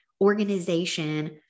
organization